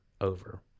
over